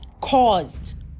caused